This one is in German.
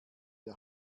der